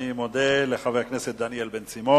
אני מודה לחבר הכנסת דניאל בן-סימון.